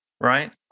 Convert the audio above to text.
Right